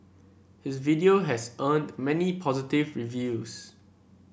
his video has earned many positive reviews